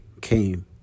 came